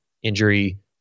Injury